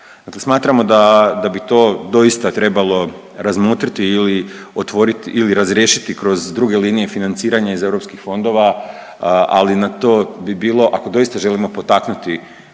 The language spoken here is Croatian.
smatramo da, da bi to doista trebalo razmotriti ili otvorit ili razriješiti kroz druge linije financiranja iz europskih fondova, ali na to bi bilo, ako doista želimo potaknuti